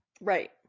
Right